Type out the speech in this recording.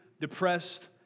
depressed